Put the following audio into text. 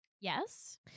Yes